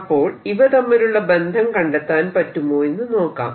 അപ്പോൾ ഇവ തമ്മിലുള്ള ബന്ധം കണ്ടെത്താൻ പറ്റുമോയെന്നു നോക്കാം